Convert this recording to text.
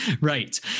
right